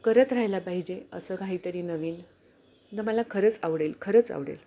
करत राहायला पाहिजे असं काहीतरी नवीन न मला खरंच आवडेल खरंच आवडेल